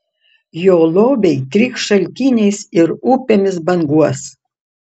jo lobiai trykš šaltiniais ir upėmis banguos